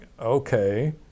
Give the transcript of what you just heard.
okay